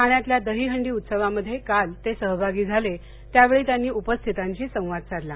ठाण्यातल्या दहीहंडी उत्सवामध्ये काल ते सहभागी झाले त्यावेळी त्यांनी उपस्थिताशी संवाद साधला